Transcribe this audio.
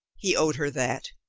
he owed her that.